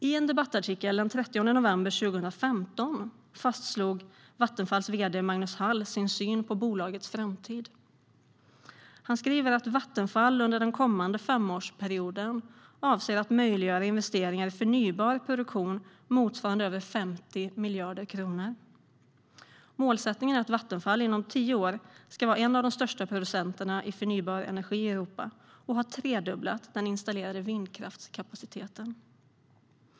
I en debattartikel den 30 november 2015 fastslog Vattenfalls vd Magnus Hall sin syn på bolagets framtid. Han skriver att Vattenfall under den kommande femårsperioden avser att möjliggöra investeringar i förnybar produktion motsvarande över 50 miljarder kronor. Målsättningen är att Vattenfall inom tio år ska vara en av de största producenterna av förnybar energi i Europa och ha tredubblat den installerade vindkraftskapaciteten.